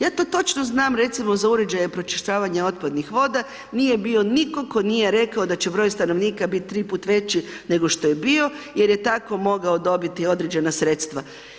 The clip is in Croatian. Ja to točno znam, recimo za uređaje, pročišćavanje otpadnih voda, nije bio nitko tko nije rekao da će broj stanovnika biti tri puta veći nego što je bio jer je tako mogao dobiti određena sredstva.